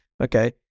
okay